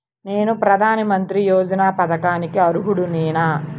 నేను ప్రధాని మంత్రి యోజన పథకానికి అర్హుడ నేన?